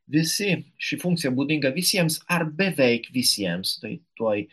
visi ši funkcija būdinga visiems ar beveik visiems tai tuoj